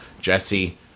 Jesse